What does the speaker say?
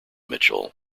mitchell